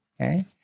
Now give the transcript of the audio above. okay